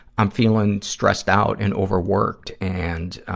i'm feeling stressed out and overworked, and, ah,